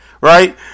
right